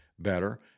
better